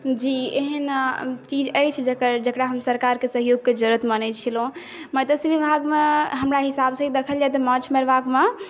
जी एहन चीज अछि जकर जकरा हम सरकारके सहयोगके जरूरत मानै छलहुँ मत्स्य विभागमे हमरा हिसाबसँ देखल जाइ तऽ माछ मारबाकमे